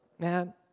Man